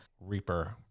reaper